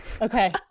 Okay